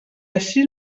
ací